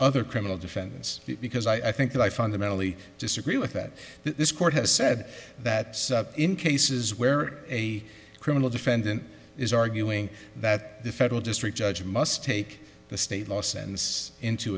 other criminal defendants because i think that i fundamentally disagree with that this court has said that in cases where a criminal defendant is arguing that the federal district judge must take the state law sense into